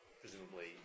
presumably